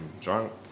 drunk